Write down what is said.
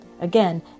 Again